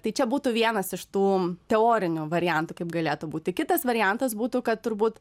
tai čia būtų vienas iš tų teorinių variantų kaip galėtų būti kitas variantas būtų kad turbūt